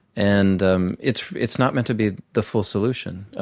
and um it's it's not meant to be the full solution.